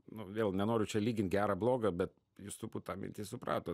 nu vėl nenoriu čia lygint gera bloga bet jūs turbūt tą mintį supratot